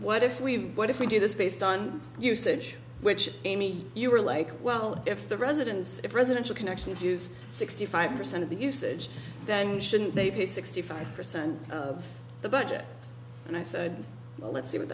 what if we what if we do this based on usage which amy you were like well if the residents of residential connections use sixty five percent of the usage then shouldn't they pay sixty five percent of the budget and i said well let's see what